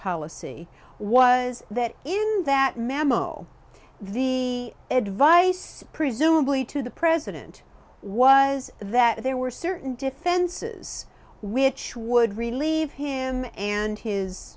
policy was that in that memo the advice presumably to the president was that there were certain defenses which would relieve him and his